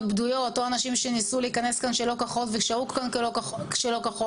בדויות או אנשים שניסו להיכנס כאן שלא כחוק ושהו כאן שלא כחוק,